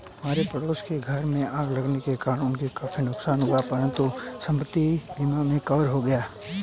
हमारे पड़ोस के घर में आग लगने के कारण उनको काफी नुकसान हुआ परंतु सब संपत्ति बीमा में कवर हो गया था